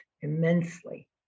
immensely